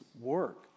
work